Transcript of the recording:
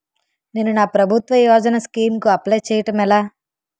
నేను నా ప్రభుత్వ యోజన స్కీం కు అప్లై చేయడం ఎలా?